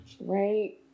Right